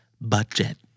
budget